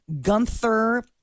gunther